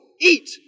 Eat